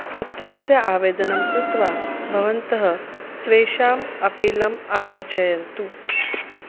पत्रस्य आवेदनं कृत्वा भवन्तः स्वेषाम् अपिलम् आरचयन्तु